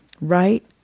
right